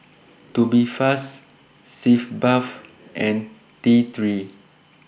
Tubifast Sitz Bath and T three